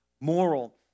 moral